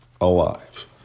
alive